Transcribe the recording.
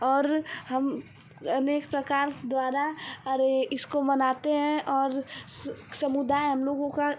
और हम अनेक प्रकार द्वारा अरे इसको मनाते हैं और समुदाय हम लोगों का